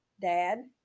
Dad